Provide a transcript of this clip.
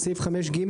בסעיף 5(ג),